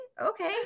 Okay